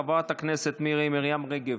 חברת הכנסת מירי מרים רגב,